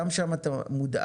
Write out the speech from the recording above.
גם שם אתה מודאג.